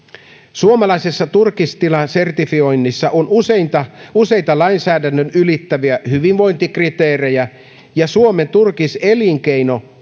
suomalaisessa turkistilasertifioinnissa on useita useita lainsäädännön ylittäviä hyvinvointikriteerejä ja suomen turkiselinkeino